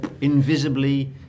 invisibly